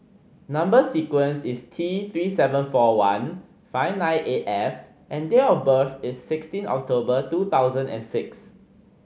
number sequence is T Three seven four one five nine eight F and date of birth is sixteen October two thousand and six